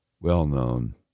well-known